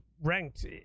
ranked